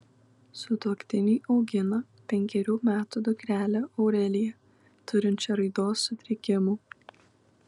sutuoktiniai augina penkerių metų dukrelę aureliją turinčią raidos sutrikimų